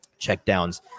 checkdowns